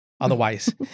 Otherwise